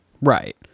right